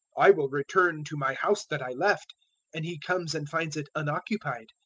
i will return to my house that i left and he comes and finds it unoccupied,